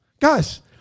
Guys